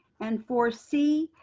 and four c,